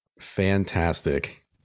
fantastic